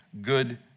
good